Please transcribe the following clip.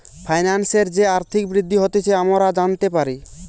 ফাইন্যান্সের যে আর্থিক বৃদ্ধি হতিছে আমরা জানতে পারি